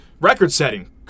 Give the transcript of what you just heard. Record-setting